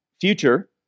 future